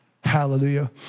Hallelujah